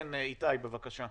איתי, בבקשה.